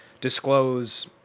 disclose